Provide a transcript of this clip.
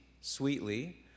sweetly